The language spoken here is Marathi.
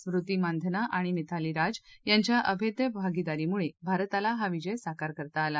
स्मृती मांनधना आणि मिताली राज यांच्या अभेद्य भागीदारीमुळे भारताला हा विजय साकार करता आला